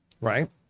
right